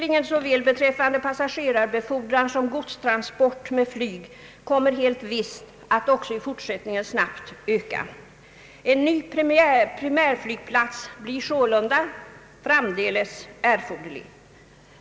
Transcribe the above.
Såväl passagerarbefordran som godstrafik med flyg kommer helt visst att snabbt öka också i fortsättningen. En ny primärflygplats blir sålunda framdeles erforderlig.